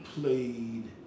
played